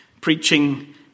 preaching